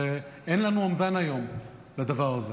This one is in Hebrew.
ואין לנו אומדן היום לדבר הזה.